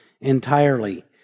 entirely